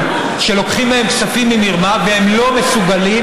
שלוקחים מהם כספים במרמה והם לא מסוגלים